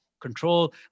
control